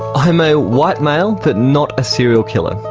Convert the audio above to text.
i'm a white male but not a serial killer,